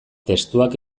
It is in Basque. testuak